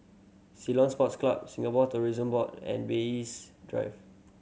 Ceylon Sports Club Singapore Tourism Board and Bay East Drive